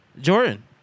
Jordan